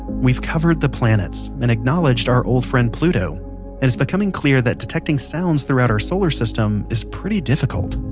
we've covered the planets and acknowledged our old friend pluto, and it's becoming clear that detecting sounds throughout our solar system is pretty difficult.